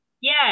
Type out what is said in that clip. Yes